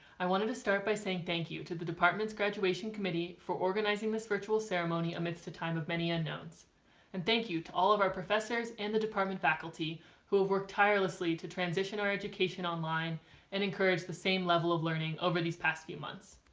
i wanted to start by saying thank you to the department's graduation committee for organizing this virtual ceremony amidst a time of many unknowns and thank you to all of our professors and the department faculty who worked tirelessly to transition our education online and encourage the same level of learning over these past few months.